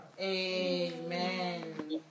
Amen